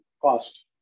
cost